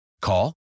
Call